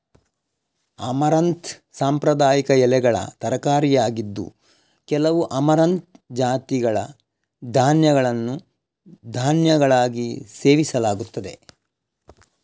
amaranth ಸಾಂಪ್ರದಾಯಿಕ ಎಲೆಗಳ ತರಕಾರಿಯಾಗಿದ್ದು, ಕೆಲವು ಅಮರಂಥ್ ಜಾತಿಗಳ ಧಾನ್ಯಗಳನ್ನು ಧಾನ್ಯಗಳಾಗಿ ಸೇವಿಸಲಾಗುತ್ತದೆ